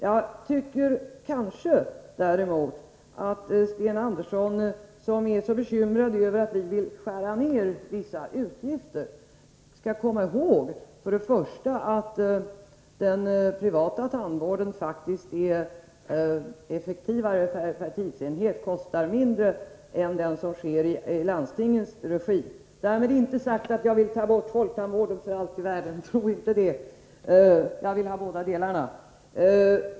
Jag tycker att Sten Andersson, som är så bekymrad över att vi vill skära ned vissa utgifter, skall komma ihåg följande. För det första: Den privata tandvården är faktiskt effektivare per tidsenhet —- kostar mindre — än den som sker i landstingens regi. Därmed inte sagt att jag vill ta bort folktandvården —tro för allt i världen inte det! Jag vill ha bådadera.